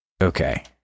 okay